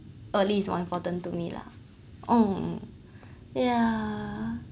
early is more important to me lah oh ya